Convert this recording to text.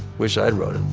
wish i'd wrote